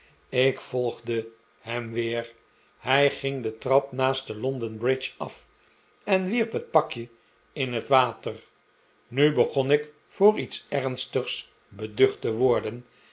ik volgde hem weer hij ging de trap naast de london-bridge af en wierp het pakje in het water nu begon ik voor iets ernstigs beducht te worden